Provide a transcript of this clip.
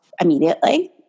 immediately